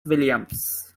williams